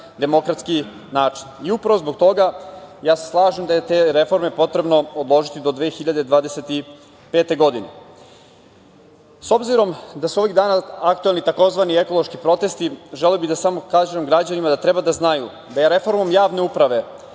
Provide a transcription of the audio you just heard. demokratski način. Upravo zbog toga se slažem da je te reforme potrebno odložiti do 2025. godine. Obzirom da su ovih dana aktuelni tzv. ekološki protesti, želeo bih samo da kažem građanima da treba da znaju da je reformom javne uprave,